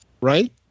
right